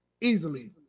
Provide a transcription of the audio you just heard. easily